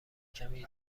کمی